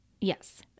yes